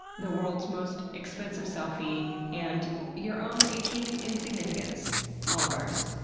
the world's most expensive selfie and your own aching insignificance all of ours.